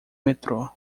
metrô